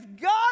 God